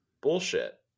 bullshit